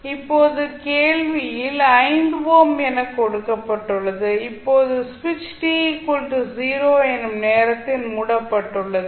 இப்போது கேள்வியில் 5 ஓம் என கொடுக்கப்பட்டுள்ளது இப்போது சுவிட்ச் t 0 எனும் நேரத்தில் மூடப்பட்டுள்ளது